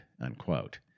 unquote